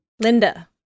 Linda